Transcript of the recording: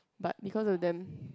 but because of them